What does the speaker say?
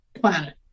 planet